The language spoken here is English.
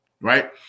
right